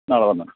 നാളെ വന്നോ